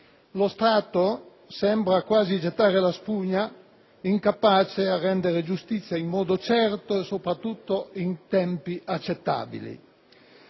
Lo Stato sembra quasi gettare la spugna, incapace a rendere giustizia in modo certo e soprattutto in tempi accettabili.